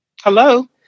Hello